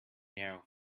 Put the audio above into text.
narrow